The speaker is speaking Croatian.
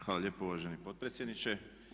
Hvala lijepo uvaženi potpredsjedniče.